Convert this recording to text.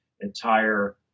entire